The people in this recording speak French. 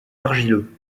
argileux